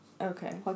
okay